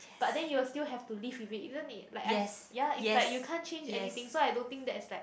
but then you'll still have to live with it even if like I ya you can't change anything so I don't think that's like